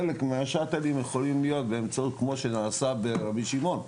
חלק מהשאטלים יכולים להיעשות כמו מה שנעשה ברבי שמעון,